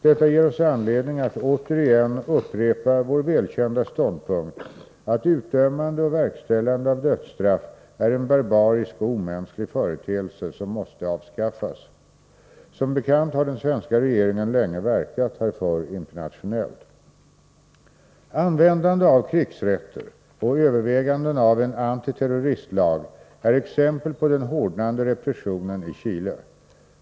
Detta ger oss anledning att återigen upprepa vår välkända ståndpunkt att utdömande och verkställande av dödsstraff är en barbarisk och omänsklig företeelse som måste avskaffas. Som bekant har den svenska regeringen länge verkat härför internationellt. Användande av krigsrätter och överväganden av en antiterroristlag är exempel på den hårdnande repressionen i Chile.